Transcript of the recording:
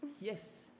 Yes